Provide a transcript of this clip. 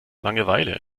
langeweile